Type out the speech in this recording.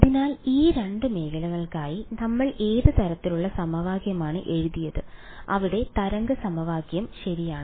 അതിനാൽ ഈ 2 മേഖലകൾക്കായി നമ്മൾ ഏത് തരത്തിലുള്ള സമവാക്യമാണ് എഴുതിയത് അവിടെ തരംഗ സമവാക്യം ശരിയാണ്